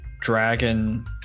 dragon